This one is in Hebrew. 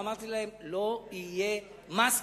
ואמרתי להם: לא יהיה מס כזה,